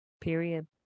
Period